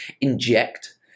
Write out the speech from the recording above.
inject